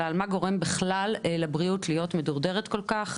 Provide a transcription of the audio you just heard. אלא על מה גורם בכלל לבריאות להיות מדורדרת כל כך,